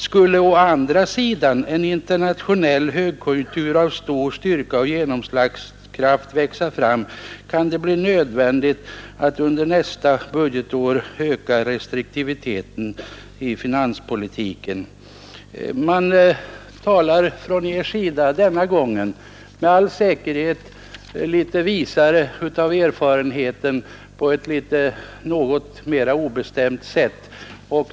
Skulle å andra sidan en internationell högkonjunktur av stor styrka och genomslagskraft växa fram, kan det bli nödvändigt att under nästa budgetår öka restriktiviteten i finanspolitiken.” Ni talar denna gång — med all säkerhet litet visare av erfarenheten — på ett något mera obestämt sätt.